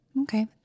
Okay